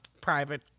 private